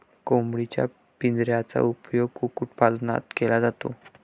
कोंबडीच्या पिंजऱ्याचा उपयोग कुक्कुटपालनात केला जातो